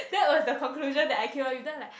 that was the conclusion that I came up with I'm like